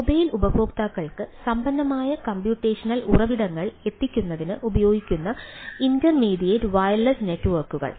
mobile ഉപയോക്താക്കൾക്ക് സമ്പന്നമായ computational ഉറവിടങ്ങൾ എത്തിക്കുന്നതിന് ഉപയോഗിക്കുന്ന ഇന്റർമീഡിയറ്റ് വയർലെസ് നെറ്റ്വർക്കുകൾ